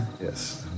Yes